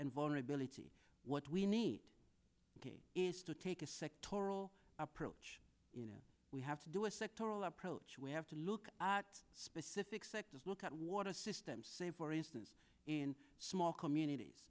and vulnerability what we need is to take a sectoral approach you know we have to do a sectoral approach we have to look at specific sectors look at water systems say for instance in small communities